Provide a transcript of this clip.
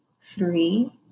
three